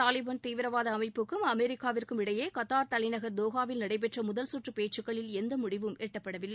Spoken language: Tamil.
தாலிபான் தீவிரவாத அமைப்புக்கும் அமெிக்காவிற்கும் இடையே கத்தார் தலைநகர் தோஹாவில் நடைபெற்ற முதல்சுற்று பேச்சுக்களில் எந்த முடிவும் எட்டப்படவில்லை